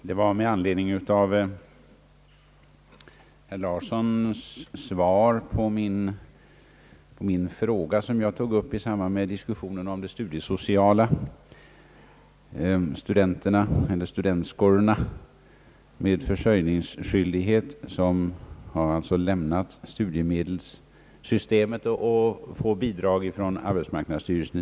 Herr talman! Jag har begärt ordet med anledning av herr Larssons svar på min fråga om de studiesociala förmånerna för studentskor med försörjningsskyldighet, vilka alltså nu överförts från studiemedelssystemet och i stället får bidrag från arbetsmarknadsstyrelsen.